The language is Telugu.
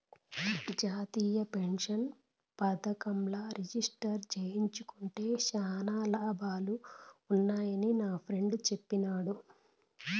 జాతీయ పెన్సన్ పదకంల రిజిస్టర్ జేస్కుంటే శానా లాభాలు వున్నాయని నాఫ్రెండ్ చెప్పిన్నాడు